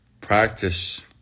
practice